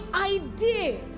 idea